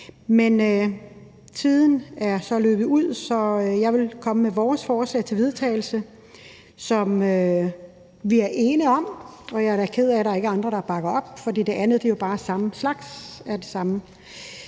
Tiden er løbet ud, så jeg vil komme med vores forslag til vedtagelse, som vi er ene om. Jeg er da ked af, at der ikke er andre, der bakker op, for det andet er jo bare samme slags.